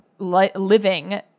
living